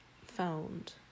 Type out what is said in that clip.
found